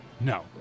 No